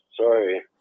sorry